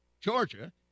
Georgia